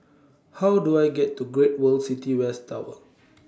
How Do I get to Great World City West Tower